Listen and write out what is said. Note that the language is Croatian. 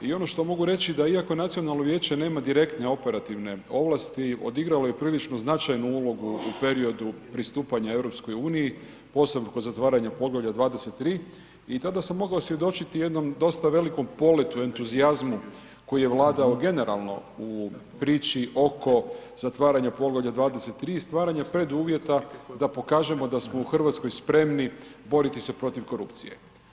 I ono što mogu reći da iako Nacionalno vijeće nema direktne operativne ovlasti odigralo je prilično značajnu ulogu u periodu pristupanja EU, posebno kod zatvaranja poglavlja 23 i tada sam mogao svjedočiti jednom dosta velikom poletu, entuzijazmu koji je vladao generalno u priči oko zatvaranja poglavlja 23 i stvaranja preduvjeta da pokažemo da smo u Hrvatskoj spremni boriti se protiv korupcije.